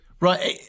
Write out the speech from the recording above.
Right